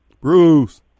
Bruce